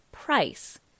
price